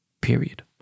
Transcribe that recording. period